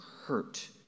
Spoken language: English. hurt